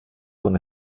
von